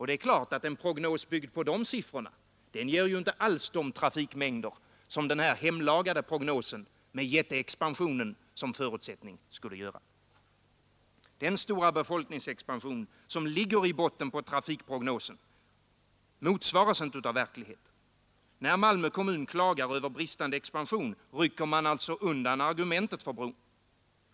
Det är klart att en prognos byggd på de siffrorna inte alls ger de trafikmängder som den hemlagade prognosen med jätteexpansionen som förutsättning skulle göra. Den stora befolkningsexpansion som ligger i botten på trafikprognosen motsvaras inte av verkligheten. När Malmö kommun klagar över sin bristande expansion, rycker man alltså undan argumentet för bron.